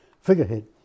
figurehead